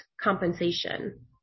compensation